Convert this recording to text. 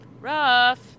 rough